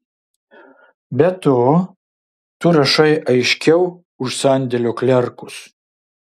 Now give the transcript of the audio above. be to tu rašai aiškiau už sandėlio klerkus